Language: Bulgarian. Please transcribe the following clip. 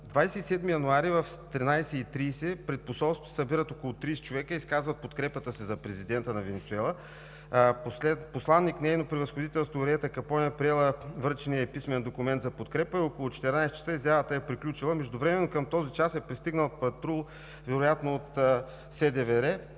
27 януари в 13,30 ч. пред посолството се събират около 30 човека и изказват подкрепата си за президента на Венецуела. Посланик Нейно превъзходителство Ориета Капоне е приела връчения ѝ писмен документ за подкрепата и около 14,00 ч. изявата е приключила. Междувременно към този час е пристигнал патрул, вероятно от СДВР.